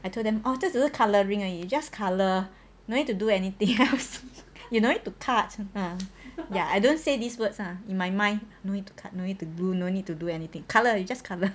I told them oh 这只是 colouring 而已 and you just colour no need to do anything else you no need to cut lah ya I don't say these words ya in my mind no need to cut no need to glue no need to do anything colour you just colour